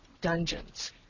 dungeons